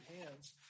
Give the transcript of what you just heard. hands